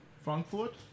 Frankfurt